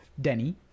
denny